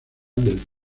del